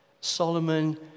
Solomon